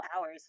hours